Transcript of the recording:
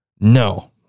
No